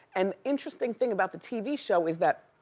and interesting thing about the tv show is that